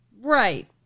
Right